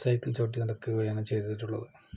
cycle ചവിട്ടി നടക്കുകയാണ് ചെയ്തിട്ടുള്ളത്